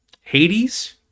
Hades